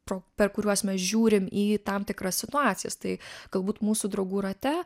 pro per kuriuos mes žiūrim į tam tikras situacijas tai galbūt mūsų draugų rate